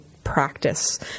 practice